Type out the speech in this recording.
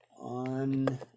on